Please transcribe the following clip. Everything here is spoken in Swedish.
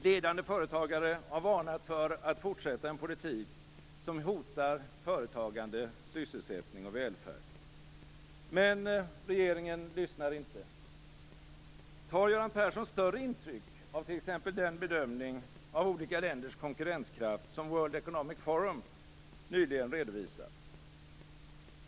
Ledande företagare har varnat för att fortsätta en politik som hotar företagande, sysselsättning och välfärd. Men regeringen lyssnar inte. Tar Göran Persson större intryck av t.ex. den bedömning av olika länders konkurrenskraft som World Economic Forum nyligen redovisat?